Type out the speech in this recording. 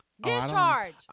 Discharge